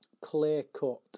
clear-cut